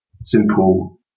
simple